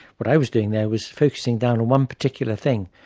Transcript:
what i was doing there was focusing down on one particular thing,